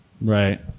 Right